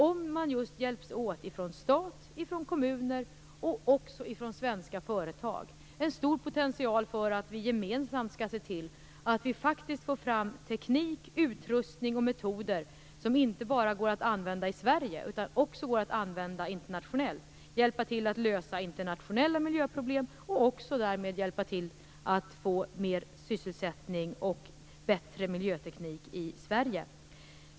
Om staten, kommunerna och de svenska företagen hjälps åt, finns det en stor potential för att vi gemensamt skall se till att vi får fram teknik, utrustning och metoder som inte bara går att använda i Sverige, utan även går att använda internationellt. Då kan vi hjälpa till att lösa internationella miljöproblem och därmed också hjälpa till att få mer sysselsättning och bättre miljöteknik i Sverige.